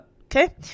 Okay